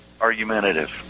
argumentative